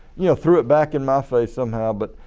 yeah threw it back in my face somehow but